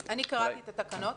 קראתי את התקנות